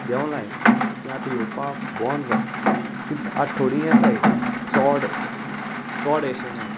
देंवलाय ती आतां येवपाक बंद जाता ती आतां थोडीं येताय चड चड अशीं येनाय